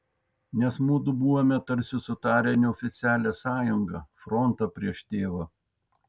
nes mudu buvome tarsi sudarę neoficialią sąjungą frontą prieš tėvą